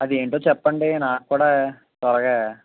అదేంటో చెప్పండి నాకు కూడా త్వరగా